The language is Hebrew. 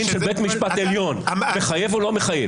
של בית משפט עליון מחייב או לא מחייב?